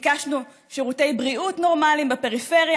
ביקשנו שירותי בריאות נורמליים בפריפריה,